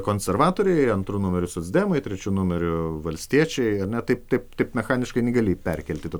konservatoriai antru numeriu socdemai trečiu numeriu valstiečiai a ne taip taip tik mechaniškai negali perkelti to